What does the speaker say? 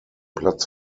platz